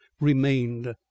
remained